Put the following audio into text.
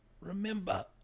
Remember